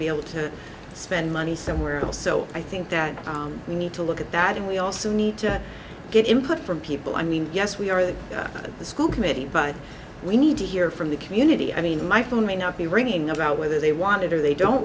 be able to spend money somewhere else so i think that we need to look at that and we also need to get input from people i mean yes we are the school committee but we need to hear from the community i mean my phone may not be ringing about whether they want it or they don't